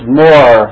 more